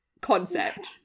concept